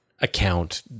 account